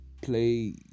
Play